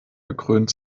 gekrönt